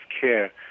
care